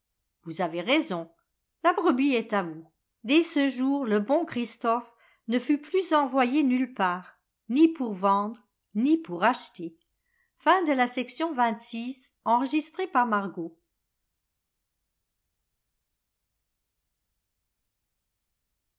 vous avez raison la brebis est à vous dès ce jour le bon christophe ne fut plus en voyc nulle part ni pour vendre ni pour acheter